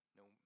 no